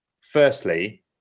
firstly